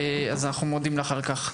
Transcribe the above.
אז אנחנו מודים לך על כך.